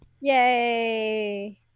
yay